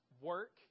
work